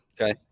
Okay